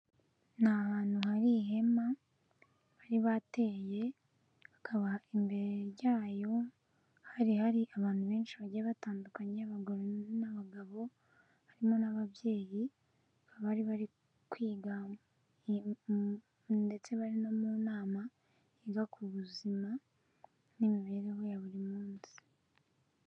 Ni ahantu hari ihema bari bateye hakaba imbere yayo hari hari abantu benshi bagiye batandukanye abagore n'abagabo harimo n'ababyeyi bari bari kwiga ndetse bari no mu nama yiga ku buzima n'imibereho ya buri munsi.